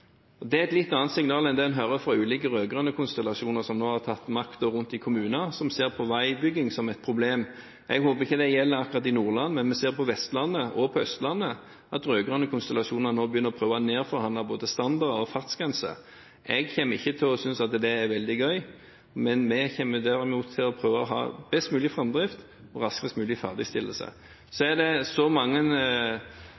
Det er et litt annet signal enn det en hører fra ulike rød-grønne konstellasjoner som nå har tatt makten rundt i kommunene, og som ser på veibygging som et problem. Jeg håper det ikke gjelder akkurat i Nordland, men vi ser på Vestlandet og på Østlandet at rød-grønne konstellasjoner nå begynner å prøve å nedforhandle både standarder og fartsgrenser. Jeg kommer ikke til å synes at det er veldig gøy. Vi kommer til å prøve å ha best mulig framdrift og raskest mulig ferdigstillelse. Det er så mye som skal skje her som ligger fram i tid, at det